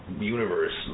universe